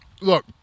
look